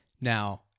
Now